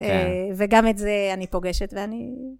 וגם את זה אני פוגשת ואני...